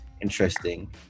Interesting